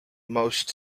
most